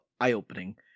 eye-opening